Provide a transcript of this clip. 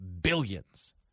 Billions